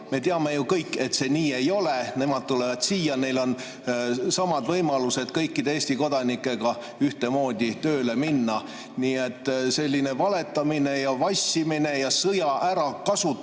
Me teame ju kõik, et see nii ei ole. Nemad tulevad siia, neil on samad võimalused kõikide Eesti kodanikega ühtemoodi tööle minna. Nii et selline valetamine ja vassimine ja sõja ärakasutamine